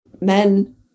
men